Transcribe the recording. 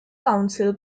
council